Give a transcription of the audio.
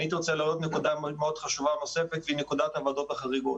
אני רוצה להעלות נקודה חשובה מאוד נוספת הוועדות החריגות.